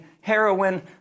heroin